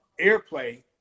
airplay